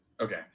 Okay